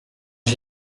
est